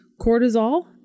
cortisol